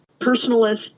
personalist